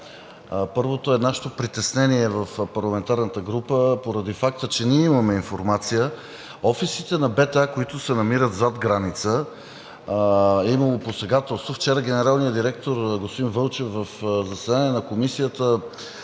Първото е нашето притеснение в парламентарната група поради факта, че ние имаме информация – на офисите на БТА, които се намират зад граница, е имало посегателство. Вчера генералният директор господин Вълчев в заседание на Комисията